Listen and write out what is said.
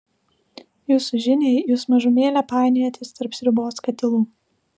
jūsų žiniai jūs mažumėlę painiojatės tarp sriubos katilų